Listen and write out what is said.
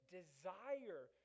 desire